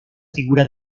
figura